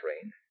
train